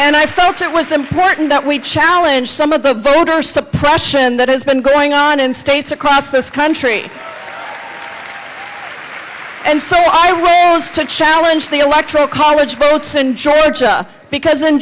and i felt it was important that we challenge some of the voter suppression that has been going on in states across this country and so i was to challenge the electoral college votes in georgia because in